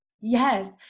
Yes